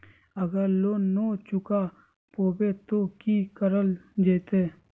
अगर लोन न चुका पैबे तो की करल जयते?